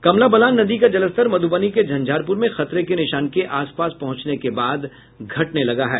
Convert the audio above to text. कमला बलान नदी का जलस्तर मधुबनी के झंझारपुर में खतरे के निशान के आसपास पहुंचने के बाद घटने लगा है